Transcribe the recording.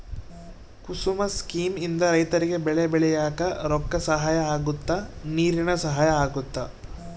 ಕುಸುಮ scheme ಇಂದ ರೈತರಿಗೆ ಬೆಳೆ ಬೆಳಿಯಾಕ ರೊಕ್ಕ ಸಹಾಯ ಅಗುತ್ತ ನೀರಿನ ಸಹಾಯ ಅಗುತ್ತ